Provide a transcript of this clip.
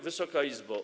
Wysoka Izbo!